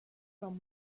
from